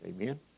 Amen